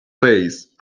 phase